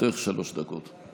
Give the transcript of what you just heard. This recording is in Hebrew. לרשותך שלוש דקות.